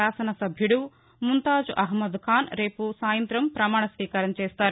శాసనసభ్యుడు ముంతాజ్ అహ్నద్ఖాన్ రేపు సాయంతం ప్రమాణస్వీకారం చేస్తారు